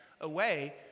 away